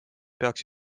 peaks